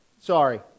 Sorry